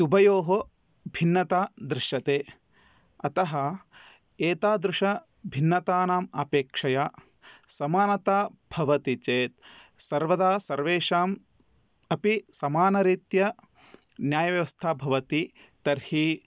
उभयोः भिन्नता दृश्यते अतः एतादृशभिन्नतानाम् अपेक्षया समानता भवति चेत् सर्वदा सर्वेषाम् अपि समानरीत्या न्यायव्यवस्था भवति तर्हि